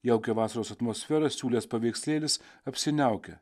jaukią vasaros atmosferą siūlęs paveikslėlis apsiniaukia